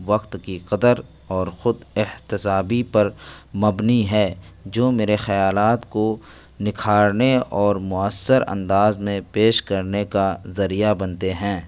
وقت کی قدر اور خود احتصابی پر مبنی ہے جو میرے خیالات کو نکھارنے اور مؤثر انداز میں پیش کرنے کا ذریعہ بنتے ہیں